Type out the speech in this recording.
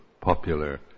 popular